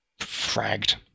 Fragged